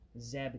Zeb